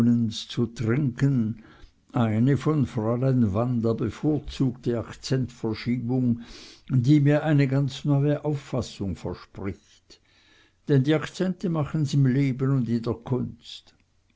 zu trinken eine von fräulein wanda bevorzugte akzentverschiebung die mir eine ganz neue auffassung verspricht denn die akzente machen's im leben und in der kunst